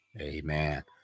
Amen